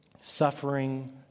suffering